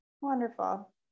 Wonderful